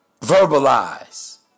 verbalize